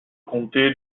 comté